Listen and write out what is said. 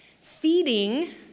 Feeding